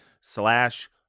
slash